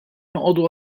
noqogħdu